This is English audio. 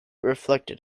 reflected